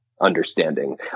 understanding